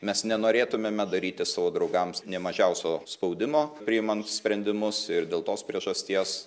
mes nenorėtumėme daryti savo draugams nė mažiausio spaudimo priimant sprendimus ir dėl tos priežasties